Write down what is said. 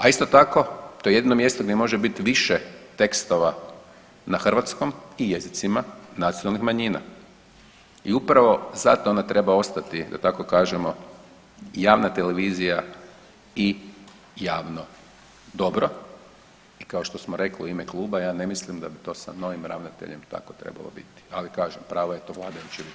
A isto tako, to je jedino mjesto gdje može biti više tekstova na hrvatskom i jezicima nacionalnih manjina i upravo zato onda treba ostati, da tako kažemo, javna televizija i javno dobro i kao što smo reli u ime Kluba, ja ne mislim da bi to sa novim ravnateljem tako trebalo biti, ali kažem, pravo je to vladajuće većine.